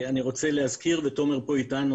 אני רוצה להזכיר ותומר פה אתנו,